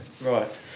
Right